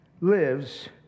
lives